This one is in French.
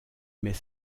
met